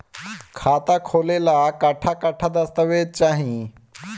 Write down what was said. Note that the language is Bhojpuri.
खाता खोले ला कट्ठा कट्ठा दस्तावेज चाहीं?